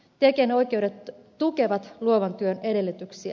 tekijänoikeudet tukevat luovan työn edellytyksiä